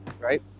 right